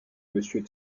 monsieur